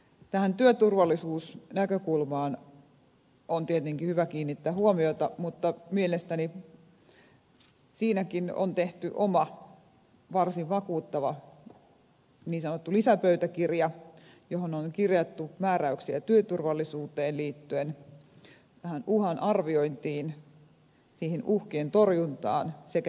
tähän työturvallisuusnäkökulmaan on tietenkin hyvä kiinnittää huomiota mutta mielestäni siinäkin on tehty oma varsin vakuuttava niin sanottu lisäpöytäkirja johon on kirjattu määräyksiä työturvallisuuteen liittyen tähän uhan arviointiin niiden uhkien torjuntaan sekä jälkihoitoon liittyen